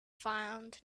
found